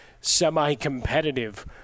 semi-competitive